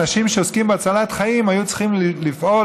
אנשים שעוסקים בהצלת חיים היו צריכים לפעול